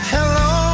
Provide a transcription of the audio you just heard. Hello